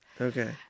Okay